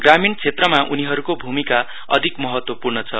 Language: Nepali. ग्रामीण क्षेत्रमा उनीहरूको भूमिका अधिक महत्वपूर्ण छ